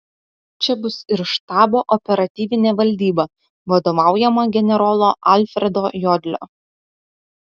čia bus ir štabo operatyvinė valdyba vadovaujama generolo alfredo jodlio